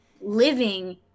living